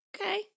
Okay